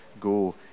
go